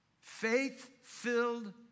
Faith-filled